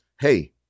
Hey